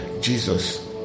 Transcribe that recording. jesus